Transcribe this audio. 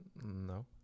No